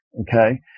okay